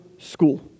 school